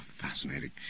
Fascinating